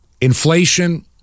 Inflation